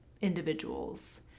individuals